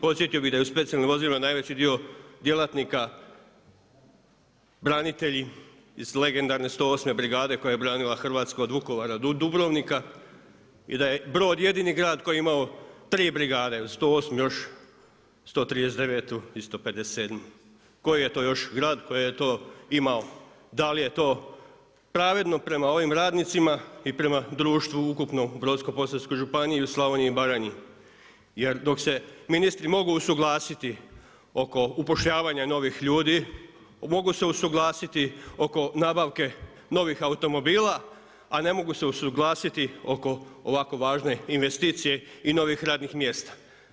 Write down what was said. Podsjetio bi da u specijalnim vozilima najveći dio djelatnika, branitelji iz legendarne 108. brigade koja je obranila Hrvatsku od Vukovara do Dubrovnika i da je Brod jedini grad koji je imao tri brigade, 108. još 139. i 157. koji je to još grad koji je to imao, dal i je to pravedno prema ovim radnicima i prema društvu ukupno u Brodsko-posavskoj županiji i Slavoniji i Baranji jer dok se ministri mogu usuglasiti oko upošljavanja novih ljudi, mogu se usuglasiti oko nabavke novih automobila, a ne mogu se usuglasiti oko ovako važe investicije i novih radnih mjesta.